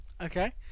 Okay